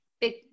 big